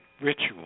ritual